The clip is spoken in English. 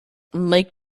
mike